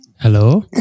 hello